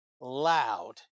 loud